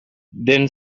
then